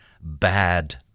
Bad